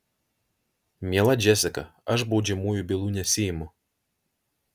miela džesika aš baudžiamųjų bylų nesiimu